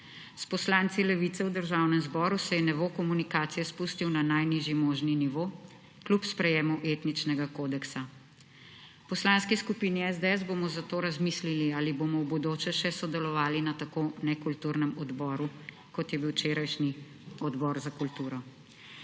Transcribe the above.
S poslanci Levice v Državnem zboru se je nivo komunikacije spustil na najnižji moženi nivo, kljub sprejemu etničnega kodeka. V poslanski skupini SDS bomo zato razmislili ali bomo v bodoče še sodelovali na tako nekulturnem odboru kot je bil včerajšnji Odbor za kulturo.